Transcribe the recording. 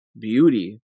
beauty